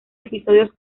episodios